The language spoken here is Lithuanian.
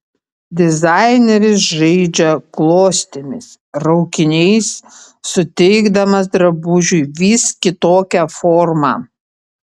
dizaineris žaidžia klostėmis raukiniais suteikdamas drabužiui vis kitokią formą